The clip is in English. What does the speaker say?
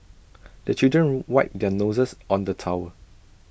the children wipe their noses on the towel